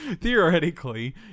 Theoretically